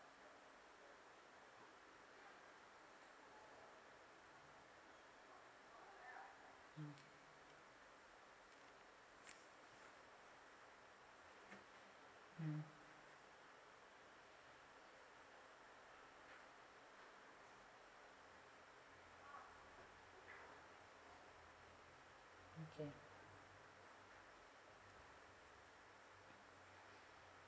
mm mm okay